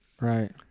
right